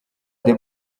the